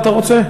אתה רוצה?